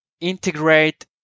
integrate